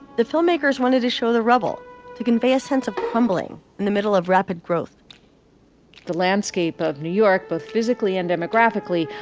the filmmakers wanted to show the rubble to convey a sense of crumbling in the middle of rapid growth the landscape of new york, both physically and demographically,